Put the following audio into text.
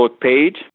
page